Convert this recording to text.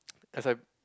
as I